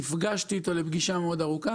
נפגשתי איתו פגישה מאוד ארוכה,